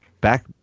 back